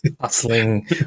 hustling